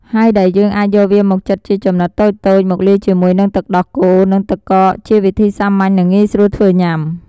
ហើយដែលយើងអាចយកវាមកចិតជាចំណិតតូចៗ មកលាយជាមួយនឹងទឹកដោះគោ និងទឹកកកជាវិធីសាមញ្ញ និងងាយស្រួលធ្វើញុាំ។